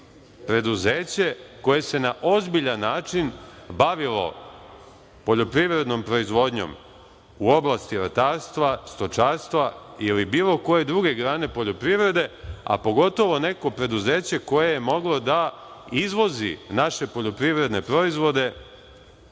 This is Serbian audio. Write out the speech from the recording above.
preduzeće koje se na ozbiljan način bavilo poljoprivrednom proizvodnjom u oblasti ratarstva, stočarstva ili bilo koje druge grane poljoprivrede, a pogotovo neko preduzeće koje je moglo da izvozi naše poljoprivredne proizvode